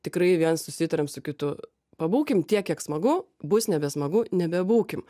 tikrai viens susitarėm su kitu pabūkim tiek kiek smagu bus nebesmagu nebebūkim